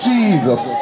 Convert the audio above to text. Jesus